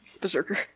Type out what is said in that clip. Berserker